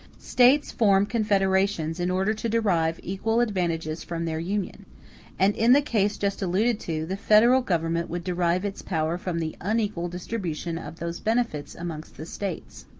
states form confederations in order to derive equal advantages from their union and in the case just alluded to, the federal government would derive its power from the unequal distribution of those benefits amongst the states.